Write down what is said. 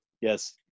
Yes